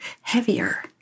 heavier